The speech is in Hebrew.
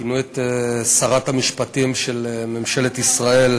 כינו את שרת המשפטים של ממשלת ישראל,